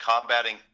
combating